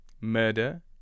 Murder